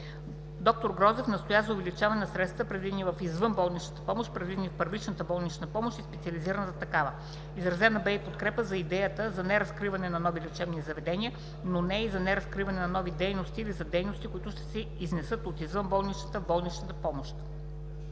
Доктор Грозев настоя за увеличаване на средствата, предвидени за извънболнична помощ, предвидени в първичната болнична помощ и специализираната такава. Изразена бе и подкрепа за идеята за неразкриване на нови лечебни заведения, но не и за неразкриване на нови дейности или за дейности, които ще се изнесат от извънболничната в